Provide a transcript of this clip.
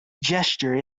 gesture